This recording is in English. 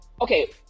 okay